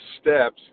steps